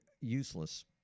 useless